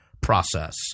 process